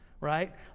Right